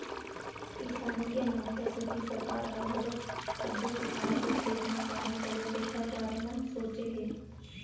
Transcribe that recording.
किसानी के महत्ता सेती सरकार ह घलोक सब्बो किसान के खेत म पानी पलय तेखर बारे म सोचे हे